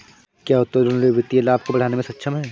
क्या उत्तोलन ऋण वित्तीय लाभ को बढ़ाने में सक्षम है?